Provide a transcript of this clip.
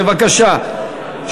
בבקשה,